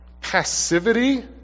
passivity